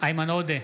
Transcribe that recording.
איימן עודה,